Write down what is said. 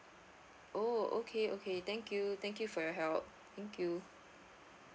oh okay okay thank you thank you for your help thank you